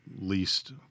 least